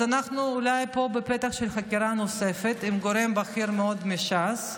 אז אנחנו אולי פה בפתח של חקירה נוספת של גורם בכיר מאוד מש"ס,